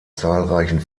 zahlreichen